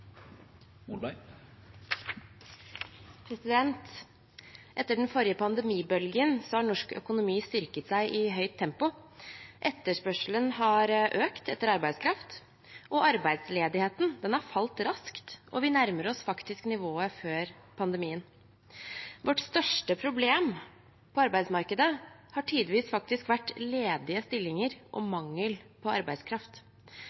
Etter den forrige pandemibølgen har norsk økonomi styrket seg i høyt tempo. Etterspørselen etter arbeidskraft har økt. Arbeidsledigheten har falt raskt, og vi nærmer oss nivået før pandemien. Vårt største problem på arbeidsmarkedet har tidvis faktisk vært ledige stillinger og